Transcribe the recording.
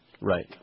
Right